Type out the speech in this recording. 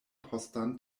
postan